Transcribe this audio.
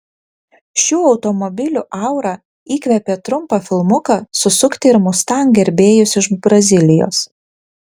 šių automobilių aura įkvėpė trumpą filmuką susukti ir mustang gerbėjus iš brazilijos